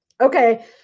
Okay